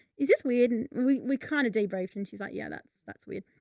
is this weird? and we we kind of debrief and she's like, yeah, that's, that's weird.